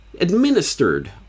administered